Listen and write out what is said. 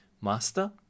Master